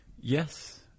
Yes